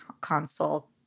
console